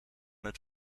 het